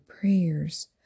prayers